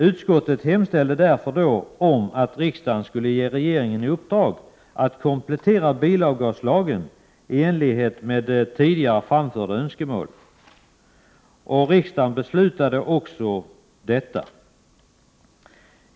Utskottet hemställde därför om att riksdagen skulle ge regeringen i uppdrag att komplettera bilavgaslagen i enlighet med tidigare framförda önskemål. Riksdagen beslutade också i enlighet med detta.